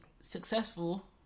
successful